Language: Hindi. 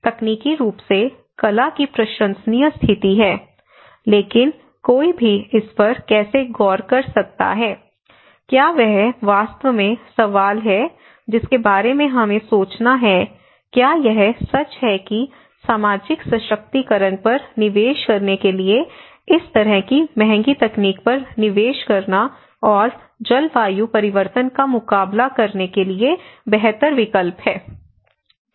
तकनीकी रूप से कला की प्रशंसनीय स्थिति है लेकिन कोई भी इस पर कैसे गौर कर सकता है क्या यह वास्तव में सवाल है जिसके बारे में हमें सोचना है क्या यह सच है कि सामाजिक सशक्तिकरण पर निवेश करने के लिए इस तरह की महंगी तकनीक पर निवेश करना और जलवायु परिवर्तन का मुकाबला करने के लिए बेहतर विकल्प है